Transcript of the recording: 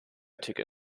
ticket